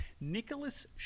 Nicholas